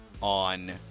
on